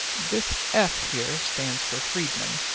this f here stands for friedmann,